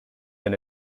than